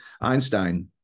einstein